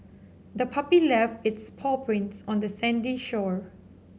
the puppy left its paw prints on the sandy shore